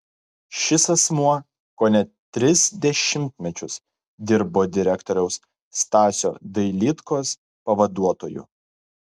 šis asmuo kone tris dešimtmečius dirbo direktoriaus stasio dailydkos pavaduotoju